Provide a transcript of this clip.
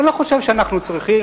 ואני לא חושב שאנחנו צריכים,